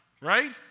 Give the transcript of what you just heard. right